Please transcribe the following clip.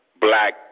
black